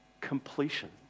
completion